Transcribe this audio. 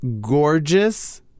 gorgeous